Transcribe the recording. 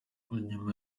nyuma